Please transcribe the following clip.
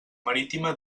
marítima